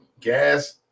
gas